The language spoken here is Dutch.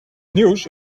nieuws